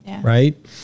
right